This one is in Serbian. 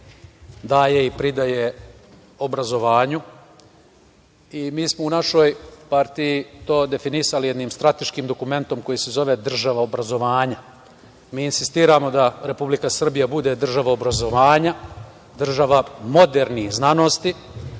daje i pridaje obrazovanju i mi smo u našoj partiji to definisali jednim strateškim dokumentom koji se zove „Država obrazovanja“. Mi insistiramo da Republika Srbija bude država obrazovanja, država modernih znanosti